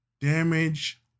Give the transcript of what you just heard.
damage